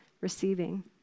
receiving